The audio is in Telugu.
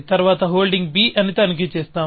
తరువాత హోల్డింగ్ b అని తనిఖి చేస్తాం